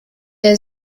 der